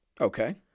Okay